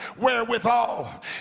wherewithal